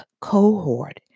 cohort